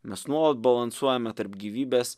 mes nuolat balansuojame tarp gyvybės